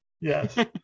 Yes